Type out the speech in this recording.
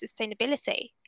sustainability